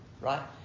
right